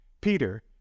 Peter